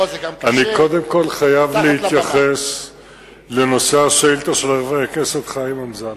אני קודם כול חייב להתייחס לנושא השאילתא של חבר הכנסת חיים אמסלם.